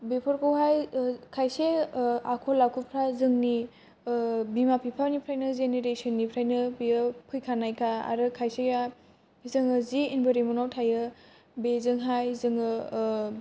बेफोरखौहाय खायसे आखल आखुफ्रा जोंनि बिमा बिफानिफ्रायनो जेनेरेसोननिफ्रायनो बियो फैखानायखा आरो खायसेआ जोङो जि एनबायरन्टमेन्ट आव थायो बेजों हाय जोङो